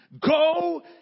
Go